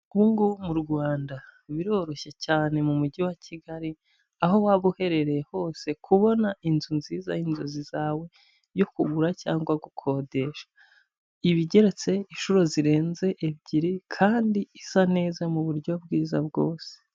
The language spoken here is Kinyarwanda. Ubu ngubu mu Rwanda biroroshye cyane mu Mujyi wa Kigali, aho waba uherereye hose kubona inzu nziza y'inzozi zawe yo kugura cyangwa gukodesha. Iba igeretse inshuro zirenze ebyiri kandi isa neza mu buryo bwiza bwose.